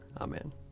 Amen